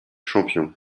champions